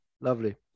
Lovely